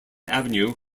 avenue